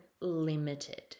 limited